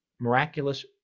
miraculous